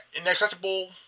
inaccessible